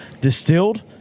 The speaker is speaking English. distilled